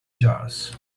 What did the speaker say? jars